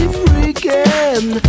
freaking